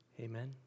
Amen